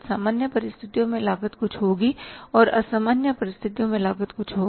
सामान्य परिस्थितियों में लागत कुछ होगी और असामान्य परिस्थितियों में लागत कुछ होंगी